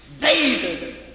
David